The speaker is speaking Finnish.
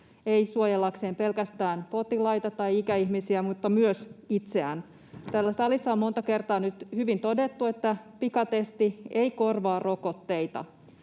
ei suojellakseen pelkästään potilaita tai ikäihmisiä vaan myös itseään. Täällä salissa on monta kertaa nyt hyvin todettu, että pikatesti ei korvaa rokotteita.